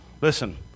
Listen